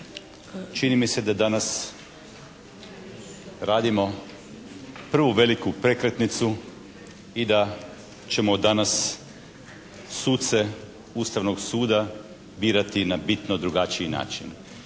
čini mi se da danas radimo prvu veliku prekretnicu i da ćemo danas suce Ustavnog suda birati na bitno drugačiji način.